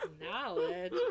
knowledge